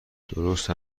درست